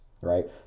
right